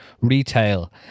retail